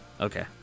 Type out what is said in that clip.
Okay